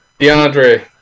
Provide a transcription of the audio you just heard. DeAndre